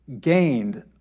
gained